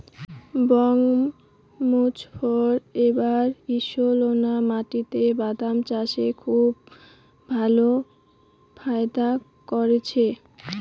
বাঃ মোজফ্ফর এবার ঈষৎলোনা মাটিতে বাদাম চাষে খুব ভালো ফায়দা করেছে